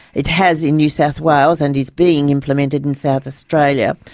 it has in new south wales and is being implemented in south australia.